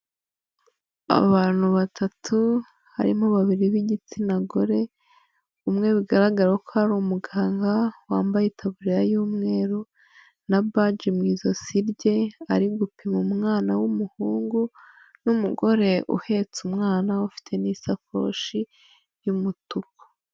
Abantu batatu harimo babiri b'igitsina gore umwe bigaragara ko ari umuganga wambaye taburiya y'umweru na badge mu ijosi rye ari gupima umwana w'umuhungu n'umugore uhetse umwana ufite n'isakoshi y'umutuku.